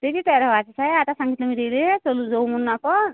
ते बी तयार वाचेच आय आता सांगितलं मी तिले चल जऊ म्हनून आप